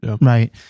right